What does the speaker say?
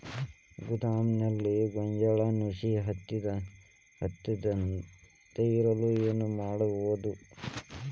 ಗೋದಾಮಿನಲ್ಲಿ ಗೋಂಜಾಳ ನುಸಿ ಹತ್ತದೇ ಇರಲು ಏನು ಮಾಡುವುದು?